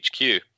HQ